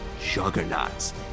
juggernauts